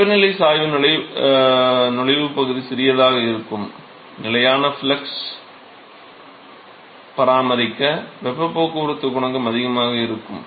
வெப்பநிலை சாய்வு நுழைவு பகுதி சிறியதாக இருக்கும்நிலையான ஃப்ளக்ஸ் பராமரிக்க வெப்ப போக்குவரத்து குணகம் அதிகமாக இருக்க வேண்டும்